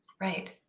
Right